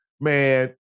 man